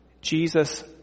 Jesus